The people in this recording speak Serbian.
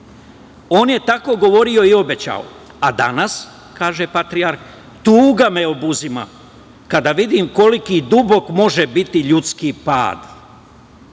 On je tako govorio i obećao, a danas, kaže patrijarh, tuga me obuzima kada vidim koliki dubok može biti ljudski pad.